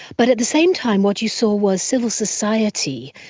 but at the same time what you saw was civil society,